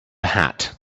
hat